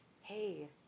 Hey